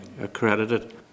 accredited